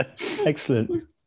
excellent